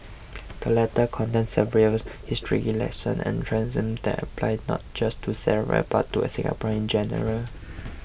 the letter contains several historical lessons and truisms that apply not just to Sara but to a Singaporeans in general